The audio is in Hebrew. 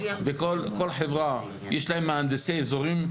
כל חברה, יש להם מהנדסי אזורים.